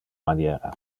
maniera